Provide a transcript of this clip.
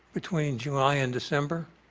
between july and december.